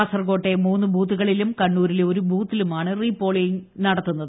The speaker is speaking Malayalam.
കാസർകോട്ടെ മൂന്ന് ബൂത്തുകളിലും കണ്ണൂരിലെ ഒരു ബൂത്തിലുമാണ് റീ പോളിംഗ് നടത്തുന്നത്